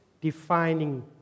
defining